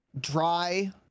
dry